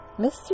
Mr